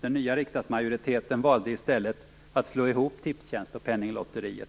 Den nya riksdagsmajoriteten valde i stället att slå ihop Tipstjänst och Penninglotteriet.